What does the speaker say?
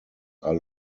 are